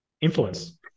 influence